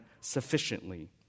sufficiently